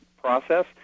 process